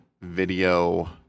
video